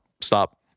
stop